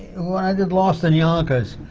when i did lost in yonkers,